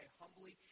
humbly